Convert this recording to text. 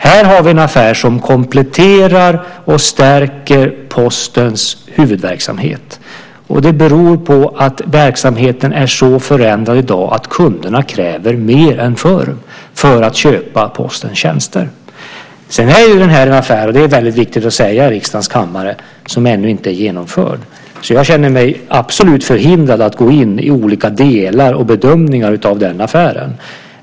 Här har vi en affär som kompletterar och stärker Postens huvudverksamhet. Det beror på att verksamheten är så förändrad i dag att kunderna kräver mer än förr för att köpa Postens tjänster. Sedan är den här affären - och det är väldigt viktigt att säga i riksdagens kammare - ännu inte genomförd. Jag känner mig absolut förhindrad att gå in i olika delar och göra några bedömningar av den affären.